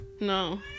No